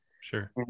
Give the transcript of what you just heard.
sure